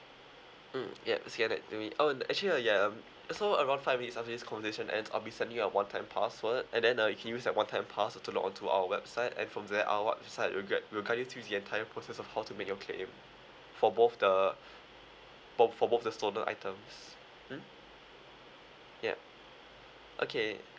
mm yup send that to me oh actually uh yeah um so around five minutes after this conversation ends I'll be sending a one-time password and then uh you can use that one-time password to log on to our website and from there our website will get will guide you through the entire process of how to make your claim for both the both for both the stolen items mm yup okay